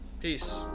Peace